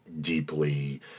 deeply